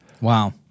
Wow